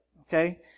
Okay